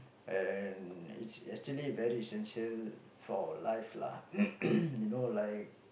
and it's actually very essential for life lah you know like